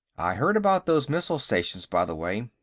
i heard about those missile-stations, by the way.